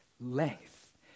length